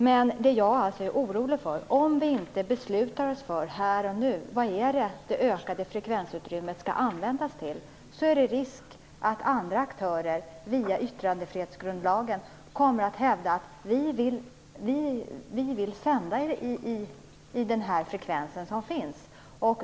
Men om vi inte beslutar oss för här och nu om vad det ökade frekvensutrymmet skall användas till, är det risk för att andra aktörer med hänvisning till yttrandefrihetsgrundlagen kommer att hävda: Vi vill sända på den här frekvensen!